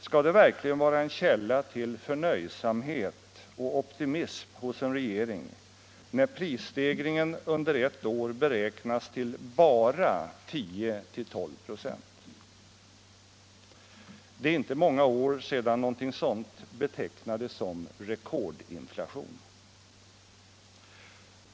Skall det verkligen vara en källa till förnöjsamhet och optimism hos en regering när prisstegringen under ett år beräknas till ”bara” 10-12 96? Det är inte många år sedan något sådant betecknades som rekordinflation.